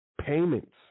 payments